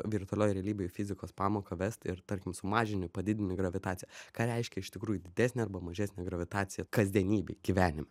virtualioj realybėj fizikos pamoką vest ir tarkim sumažini padidini gravitaciją ką reiškia iš tikrųjų didesnė arba mažesnė gravitacija kasdienybėj gyvenime